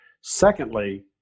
Secondly